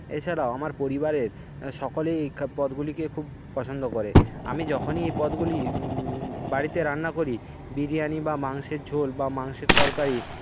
এছাড়াও আমার পরিবারের সকলেই পদগুলিকে খুব পছন্দ করে আমি যখনই এই পদগুলি বাড়িতে রান্না করি বিরিয়ানি বা মাংসের ঝোল বা মাংসের তরকারি